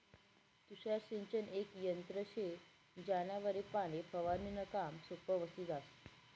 तुषार सिंचन येक यंत्र शे ज्यानावरी पाणी फवारनीनं काम सोपं व्हयी जास